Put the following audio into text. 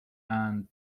and